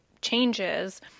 changes